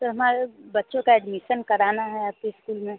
sir हमारे बच्चों का एडमिशन कराना है आपके स्कूल में